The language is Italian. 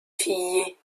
figli